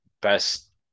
best